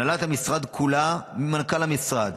הנהלת המשרד כולה: מנכ"ל המשרד,